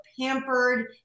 pampered